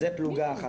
זה פלוגה אחת.